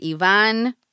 Ivan